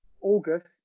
August